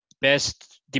best